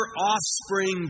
offspring